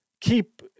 keep